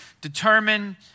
determine